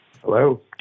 Hello